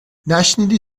نشنیدی